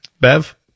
Bev